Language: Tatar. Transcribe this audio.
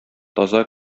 таза